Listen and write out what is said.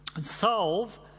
solve